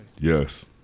Yes